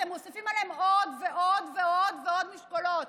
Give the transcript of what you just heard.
אתם מוסיפים עליהם עוד ועוד ועוד ועוד משקולות.